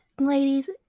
ladies